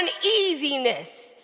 uneasiness